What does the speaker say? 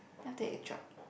then after that it drop